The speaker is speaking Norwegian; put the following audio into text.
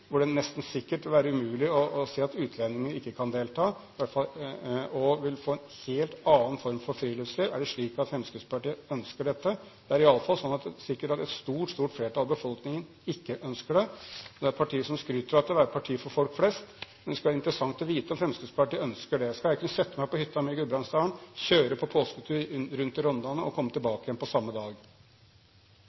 hvor det nesten sikkert vil være umulig å si at utlendinger ikke kan delta, og hvor man i hvert fall vil få en helt annen form for friluftsliv? Er det slik at Fremskrittspartiet ønsker dette? Det er i alle fall sikkert at et stort, stort flertall av befolkningen ikke ønsker det. Dette er partiet som skryter av å være et parti for folk flest, og det skulle være interessant å vite om Fremskrittspartiet ønsker det. Skal jeg kunne sette meg på hytta mi i Gudbrandsdalen, kjøre på påsketur rundt i Rondane og komme tilbake igjen samme dag?